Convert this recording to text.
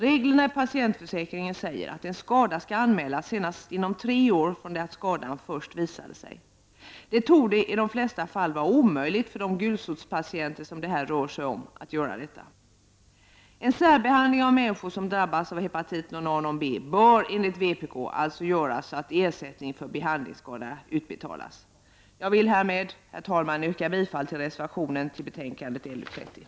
Reglerna i patientförsäkringen säger att en skada skall anmälas senast inom tre år från det att skadan först visade sig. Det torde i de flesta fall vara omöjligt för de gulsotspatienter som det här rör sig om att göra detta. En särbehandling av människor som drabbats av hepatit non A non B bör enligt vpk alltså göras så att ersättning för behandlingsskada utbetalas. Jag vill härmed, herr talman, yrka bifall till reservationen till betänkandet LU30.